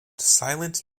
silent